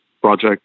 Project